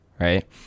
Right